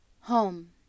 Home